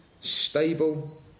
stable